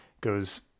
goes